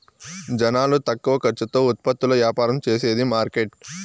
జనాలు తక్కువ ఖర్చుతో ఉత్పత్తులు యాపారం చేసేది మార్కెట్